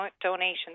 donations